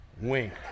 wink